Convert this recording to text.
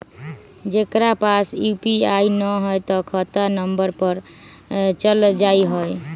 जेकरा पास यू.पी.आई न है त खाता नं पर चल जाह ई?